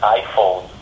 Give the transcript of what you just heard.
iPhone